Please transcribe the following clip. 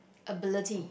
ability